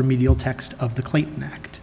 remedial text of the clayton act